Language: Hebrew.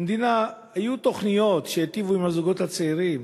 היו תוכניות שהיטיבו עם הזוגות הצעירים,